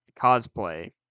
cosplay